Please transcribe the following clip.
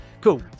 Cool